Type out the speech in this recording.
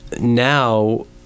now